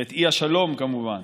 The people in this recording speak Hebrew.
ואת אי השלום, כמובן,